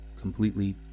completely